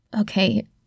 Okay